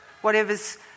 whatever's